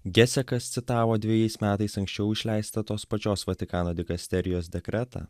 gesekas citavo dvejais metais anksčiau išleistą tos pačios vatikano dikasterijos dekretą